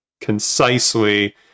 concisely